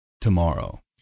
tomorrow